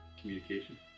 communication